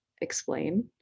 explain